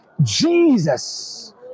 Jesus